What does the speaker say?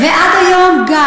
ועד היום גם.